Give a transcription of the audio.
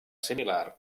similar